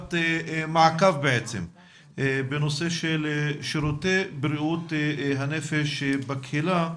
ישיבת מעקב בנושא של שירותי בריאות הנפש בקהילה,